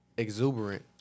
Exuberant